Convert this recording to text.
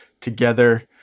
together